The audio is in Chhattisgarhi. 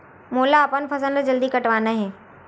मोला अपन फसल ला जल्दी कटवाना हे?